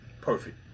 perfect